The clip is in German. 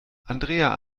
andrea